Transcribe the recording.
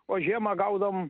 o žiemą gaudom